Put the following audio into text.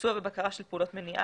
ביצוע ובקרה של פעולות מניעה,